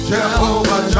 Jehovah